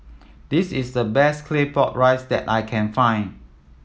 this is the best Claypot Rice that I can find